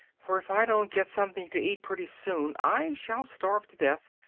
for if i don't get something to eat pretty soon i shall starve to death,